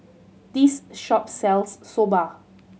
this shop sells Soba